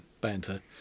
banter